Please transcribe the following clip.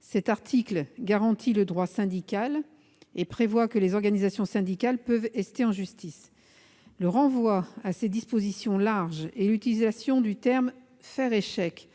Cet article garantit le droit syndical et prévoit que les organisations syndicales peuvent ester en justice. Le renvoi à ces dispositions larges et l'utilisation du terme « faire échec »